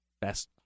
best